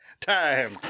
Time